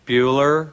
Bueller